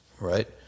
right